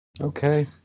Okay